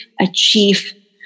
achieve